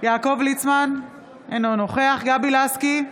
יעקב ליצמן, אינו נוכח גבי לסקי,